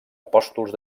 apòstols